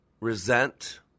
resent